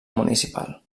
municipal